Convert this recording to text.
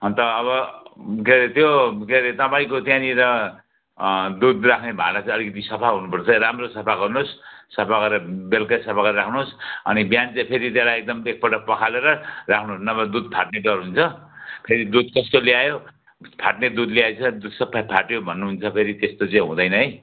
अनि त अब के अरे त्यो के अरे तपाईँको त्यहाँनिर दुध राख्ने भाँडा चाहिँ अलिकति सफा हुनुपर्छ है राम्रो सफा गर्नुहोस् सफा गरेर बेलुकै सफा गरेर राख्नुहोस् अनि बिहान चाहिँ फेरि त्यसलाई एकदम एकपल्ट पखालेर राख्नु नभए दुध फाट्ने डर हुन्छ फेरि दुध कस्तो ल्यायो फाट्ने दुध ल्याएछ दुध सबै फाट्यो भन्नुहुन्छ फेरि त्यस्तो चाहिँ हुँदैन है